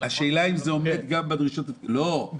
השאלה אם זה עומד גם בדרישות --- כן,